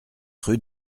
rue